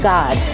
God